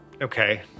Okay